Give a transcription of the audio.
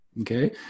Okay